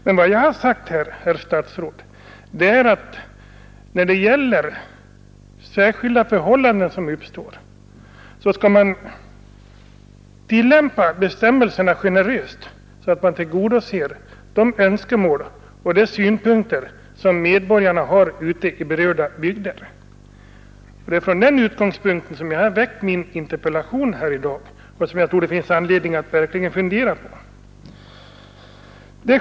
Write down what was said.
Men vad jag har sagt här, herr statsråd, är att när särskilda förhållanden uppstår så skall man tillämpa bestämmelserna generöst, så att man tillgodoser de önskemål och synpunkter som medborgarna har ute i berörda bygder. Det är från den utgångspunkten som jag har väckt min interpellation, och jag tror det finns anledning att beakta vad jag har sagt.